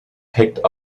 picked